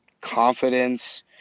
confidence